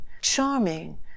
Charming